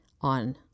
on